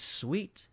sweet